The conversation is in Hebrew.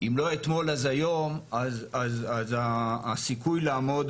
אם לא אתמול אז היום, אז הסיכוי לעמוד